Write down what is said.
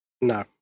No